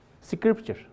scripture